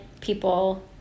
people